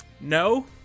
No